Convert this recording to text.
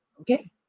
okay